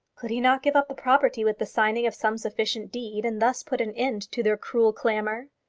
could he not give up the property with the signing of some sufficient deed, and thus put an end to their cruel clamour?